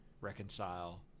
reconcile